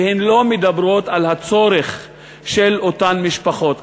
והן לא מדברות על הצורך של אותן משפחות,